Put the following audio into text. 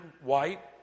white